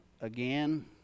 again